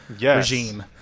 regime